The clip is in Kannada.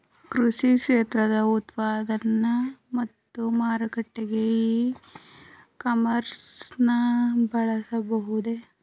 ಕೃಷಿ ಕ್ಷೇತ್ರದ ಉತ್ಪನ್ನ ಮತ್ತು ಮಾರಾಟಕ್ಕೆ ಇ ಕಾಮರ್ಸ್ ನ ಬಳಸಬಹುದೇ?